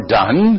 done